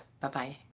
Bye-bye